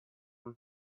him